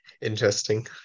interesting